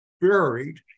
buried